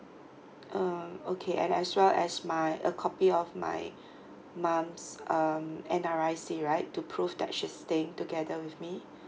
uh okay and as well as my a copy of my mom's um N_R_I_C right to prove that she's staying together with me